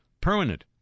permanent